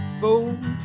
Folks